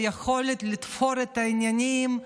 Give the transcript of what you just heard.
ביכולת לתפור את העניינים,